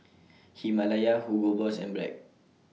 Himalaya Hugo Boss and Bragg